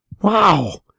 Wow